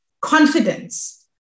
confidence